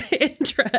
interest